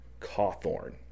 Cawthorn